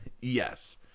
yes